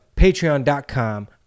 Patreon.com